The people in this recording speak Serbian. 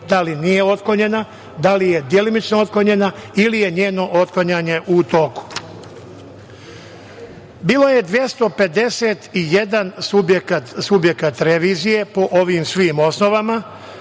da li nije otklonjena, da li je delimično otklonjena ili je njeno otklanjanje u toku. Bilo je 251 subjekat revizije po ovim svim osnovama.